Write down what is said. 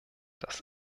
das